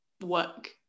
work